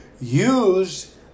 Use